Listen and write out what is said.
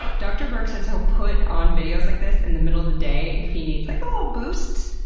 ah dr. berk says he'll put on videos like this in the middle of the day if he needs, like, a little boost.